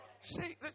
See